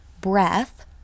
breath